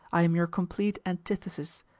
i am your complete antithesis.